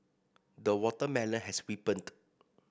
the watermelon has ripened